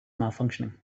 malfunctioning